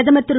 பிரதமர் திரு